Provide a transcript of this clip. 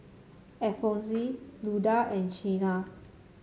Alphonse Luda and Chynna